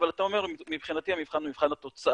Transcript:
אבל אתה אומר: מבחינתי המבחן הוא מבחן התוצאה